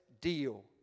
deal